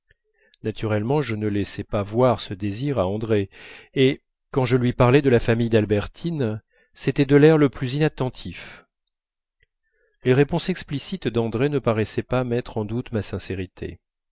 naturellement je ne laissais pas voir ce désir à andrée et quand je lui parlais de la famille d'albertine c'était de l'air le plus inattentif les réponses explicites d'andrée ne paraissaient pas mettre en doute ma sincérité